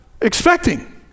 expecting